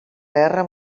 guerra